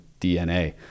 DNA